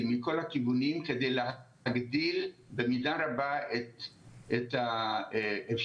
מכל הכיוונים כדי להגדיל במידה רבה את האפשרות